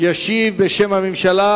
אנחנו ממשיכים